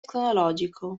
cronologico